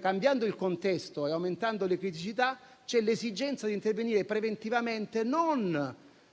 cambiando il contesto e aumentando le criticità, l'esigenza di intervenire preventivamente non